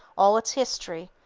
all its history,